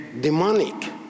demonic